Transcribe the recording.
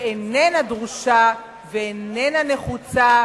שאיננה דרושה ואיננה נחוצה,